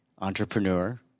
entrepreneur